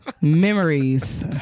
Memories